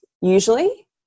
usually